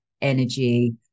energy